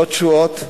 לא תשואות.